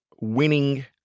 winning